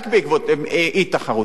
יש כשל שנובע רק בעקבות אי-תחרות.